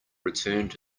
returned